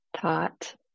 taught